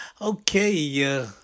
Okay